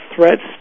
threats